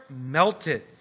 melted